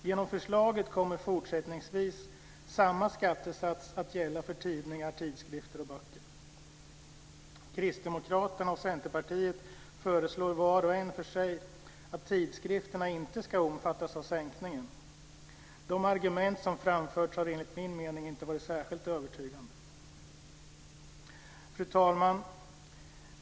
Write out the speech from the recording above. Genom förslaget kommer fortsättningsvis samma skattesats att gälla för tidningar, tidskrifter och böcker. Kristdemokraterna och Centerpartiet föreslår, var och en för sig, att tidskrifterna inte ska omfattas av sänkningen. De argument som framförts har enligt min mening inte varit särskilt övertygande. Fru talman!